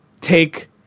take